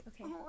okay